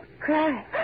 Cry